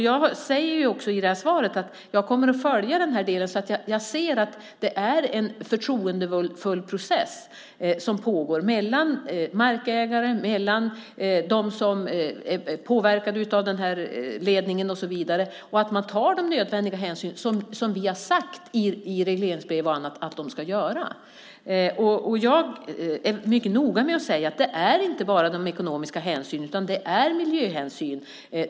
Jag säger ju också i svaret att jag kommer att följa den här delen så att jag ser att det är en förtroendefull process som pågår mellan markägare, dem som är påverkade av den här ledningen och så vidare, och att man tar de nödvändiga hänsyn som vi har sagt i regleringsbrev och annat att man ska göra. Jag är mycket noga med att säga att det inte bara är fråga om de ekonomiska hänsyn utan det är också miljöhänsyn.